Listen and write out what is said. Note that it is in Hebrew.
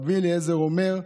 רבי אליעזר אומר,